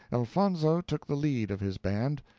elfonzo took the lead of his band.